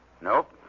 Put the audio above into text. Nope